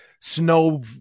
snow